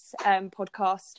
podcast